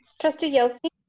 trustee yelsey.